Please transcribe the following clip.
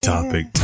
Topic